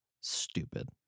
stupid